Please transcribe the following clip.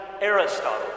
Aristotle